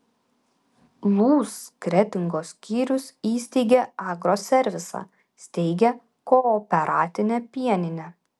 lūs kretingos skyrius įsteigė agroservisą steigia kooperatinę pieninę